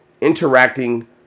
Interacting